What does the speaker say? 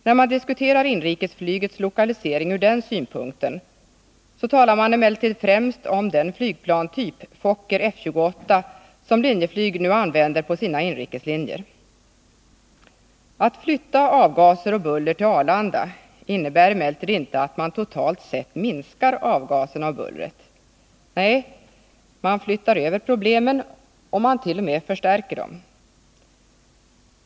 När man diskuterar inrikesflygets lokalisering ur den synpunkten, talar man emellertid främst om den flygplanstyp, Fokker F-28, som Linjeflyg nu använder på sina inrikeslinjer. En flyttning av avgaser och buller till Arlanda innebär emellertid inte att man totalt sett minskar avgaserna och bullret. Nej, man flyttar bara över problemen och t.o.m. förstärker dem.